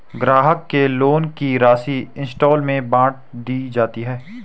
ग्राहक के लोन की राशि इंस्टॉल्मेंट में बाँट दी जाती है